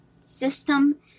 system